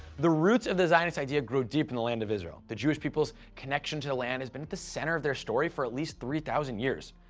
the roots of the zionist idea grow deep in the land of israel. the jewish people's connection to the land has been at the center of their story for at least three thousand years.